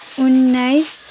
उन्नाइस